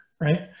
right